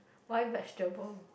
why vegetable